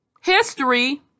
history